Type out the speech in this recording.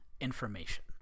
information